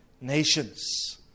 nations